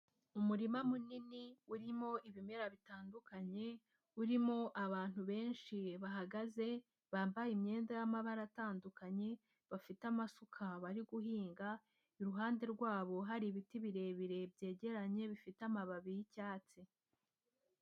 Umurima munini urimo ibimera bitandukanye, urimo abantu benshi bahagaze bambaye imyenda y'amabara atandukanye, bafite amasuka bari guhinga, iruhande rwabo hari ibiti birebire byegeranye bifite amababi y'icyatsi.